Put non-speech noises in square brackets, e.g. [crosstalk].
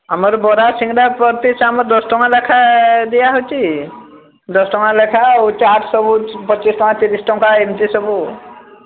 ଆମର ବରା ସିଙ୍ଗଡ଼ା [unintelligible] ଆମର ଦଶ ଟଙ୍କା ଲେଖାଏଁ ଦିଆହେଉଛି ଦଶଟଙ୍କା ଲେଖାଏଁ ଆଉ ଚାଟ୍ ସବୁ ପଚିଶ ଟଙ୍କା ତିରିଶ ଟଙ୍କା ଏମତି ସବୁ ହଁ